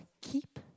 keep